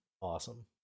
awesome